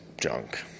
junk